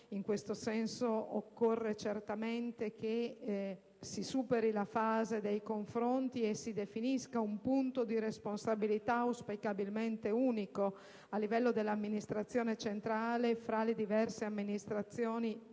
In questo senso, occorre certamente che si superi la fase dei confronti e che si definisca un punto di responsabilità auspicabilmente unico, a livello dell'amministrazione centrale, tra le diverse amministrazioni